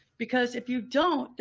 because if you don't,